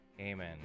Amen